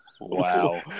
Wow